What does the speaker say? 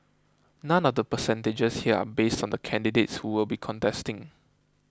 none of the percentages here are based on the candidates who will be contesting